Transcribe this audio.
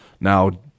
Now